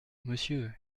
monsieur